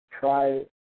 try